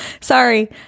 sorry